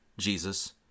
jesus